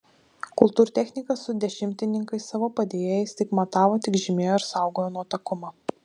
kultūrtechnikas su dešimtininkais savo padėjėjais tik matavo tik žymėjo ir saugojo nuotakumą